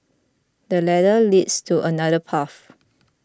the ladder leads to another path